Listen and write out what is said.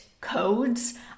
codes